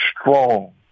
strong